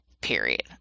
period